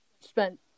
Spent